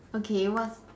okay what's